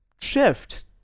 shift